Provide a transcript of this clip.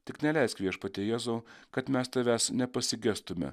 tik neleisk viešpatie jėzau kad mes tavęs nepasigestume